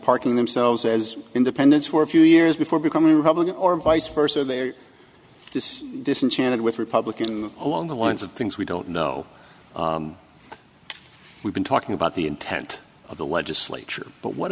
parking themselves as independents for a few years before becoming a republican or vice versa or they're just disenchanted with republican along the lines of things we don't know we've been talking about the intent of the legislature but what